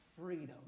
freedom